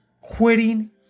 Quitting